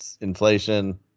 inflation